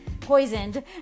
poisoned